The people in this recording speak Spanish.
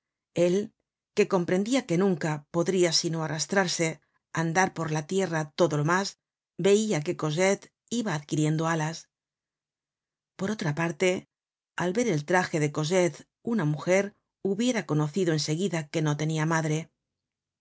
él que comprendia que nunca podria sino arrastrarse andar por la tierra todo lo mas veia que cosette iba adquiriendo alas por otra parte al ver el traje de cosette una mujer hubiera conocido en seguida que no tenia madre